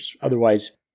otherwise